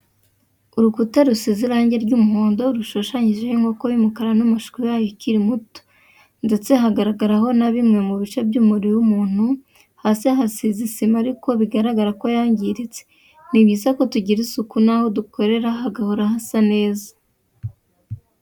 Urukuta rusize irangi ry'umuhondo rushushanyijeho inkoko y'umukara n'umushwi wayo ukiri muto, ndetse hagaragaraho na bimwe mu bice by'umubiri w'umuntu, hasi hasize isima ariko bigaragara ko yangiritse, ni byiza ko tugirira isuku aho dukorera hagahora hasa neza.